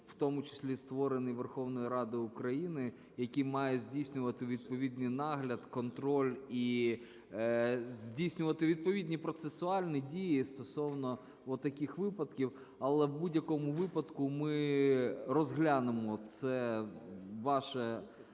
в тому числі створені Верховною Радою України, які мають здійснювати відповідний нагляд, контроль і здійснювати відповідні процесуальні дії стосовно отаких випадків, але в будь-якому випадку ми розглянемо це ваше